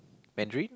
Mandarin